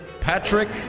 Patrick